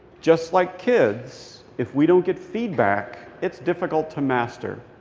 just like kids, if we don't get feedback, it's difficult to master.